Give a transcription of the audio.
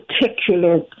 particular